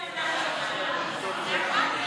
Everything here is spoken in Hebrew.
אנחנו בעד.